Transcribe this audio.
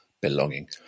belonging